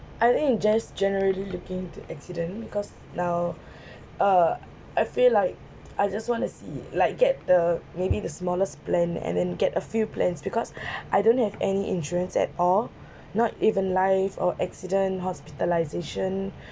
I think it just generally looking into accident because now uh I feel like I just want to see like get the maybe the smallest plan and then get a few plans because I don't have any insurance at all not even life or accident hospitalisation